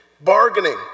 bargaining